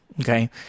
Okay